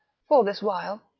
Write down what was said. for this while,